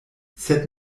sed